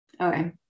Okay